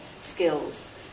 skills